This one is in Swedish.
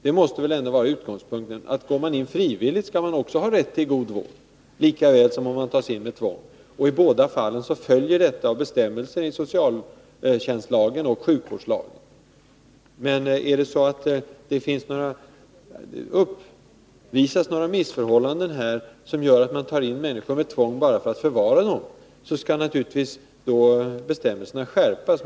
Utgångspunkten måste vara att om man frivilligt går in i vård skall man också ha rätt till god vård, lika väl som den som tas in med tvång. I båda fallen följer detta av bestämmelser i socialtjänstlagen och sjukvårdslagen. Om missförhållanden kommer att uppvisas, om man t.ex. tar in människor med tvång bara för att förvara dem, skall bestämmelserna naturligtvis skärpas.